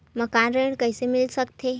मकान ऋण कइसे मिल सकथे?